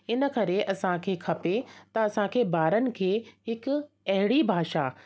इन करे असांखे खपे त असांखे बारनि खे हिक अहिड़ी भाषा